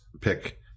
pick